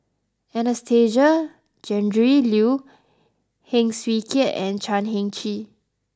Anastasia Tjendri Liew Heng Swee Keat and Chan Heng Chee